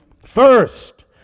first